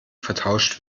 vertauscht